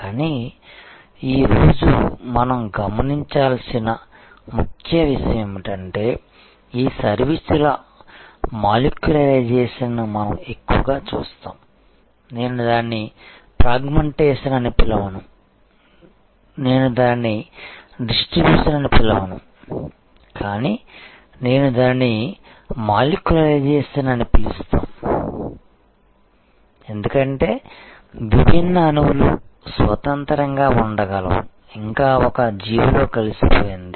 కానీ ఈ రోజు మనం గమనించాల్సిన ముఖ్య విషయం ఏమిటంటే ఈ సర్వీసుల మాలిక్యులరైజేషన్ని మనం ఎక్కువగా చూస్తాం నేను దానిని ఫ్రాగ్మెంటేషన్ అని పిలవను నేను దానిని డిస్ట్రిబ్యూషన్ అని పిలవను కానీ నేను దానిని మాలిక్యులరైజేషన్ అని పిలుస్తాను ఎందుకంటే విభిన్న అణువులు స్వతంత్రంగా ఉండగలవు ఇంకా ఒక జీవిలో కలిసిపోయింది